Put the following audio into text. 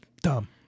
Dumb